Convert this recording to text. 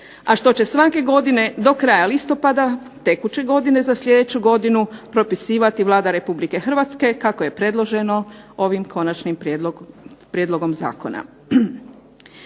A što će svake godine do kraja listopada tekuće godine za sljedeću godinu propisivati Vlada Republike Hrvatske kako je predloženo ovim Konačnim prijedlogom zakona.